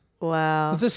Wow